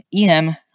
em